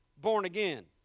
born-again